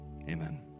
Amen